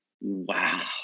Wow